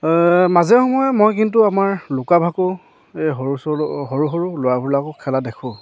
মাজে সময়ে মই কিন্তু আমাৰ লুকা ভাকু এই সৰু সৰু ল'ৰাবিলাকো খেলা দেখোঁ